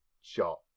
shot